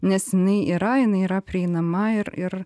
nes jinai yra jinai yra prieinama ir ir